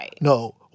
no